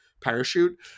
parachute